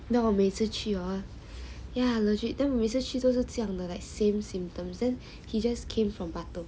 then 我每次去 ah ya legit then 我每次去去都是这样子 like same symptoms then he just came from batam